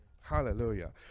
Hallelujah